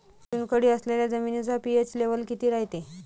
चुनखडी असलेल्या जमिनीचा पी.एच लेव्हल किती रायते?